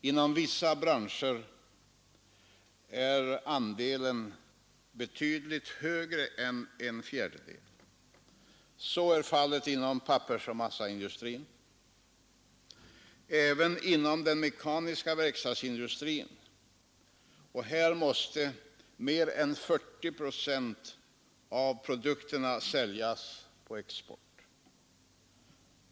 Inom vissa branscher är andelen betydligt större än en fjärdedel. Så är fallet inom pappersoch massaindustrin. Även inom den mekaniska verkstadsindustrin måste mer än 40 procent av produkterna säljas på export.